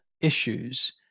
Issues